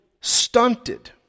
stunted